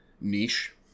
niche